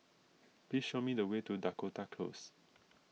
please show me the way to Dakota Close